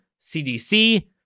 CDC